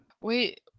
Wait